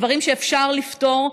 דברים שאפשר לפתור,